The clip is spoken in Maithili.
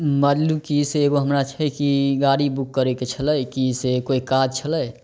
मल्लू कि से एगो हमरा छै कि गाड़ी बुक करैके छलै कि से कोइ काज छलै